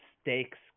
stakes